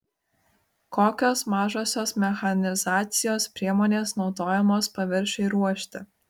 kokios mažosios mechanizacijos priemonės naudojamos paviršiui ruošti